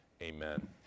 Amen